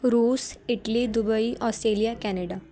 ਰੂਸ Italy Dubai Australia Canada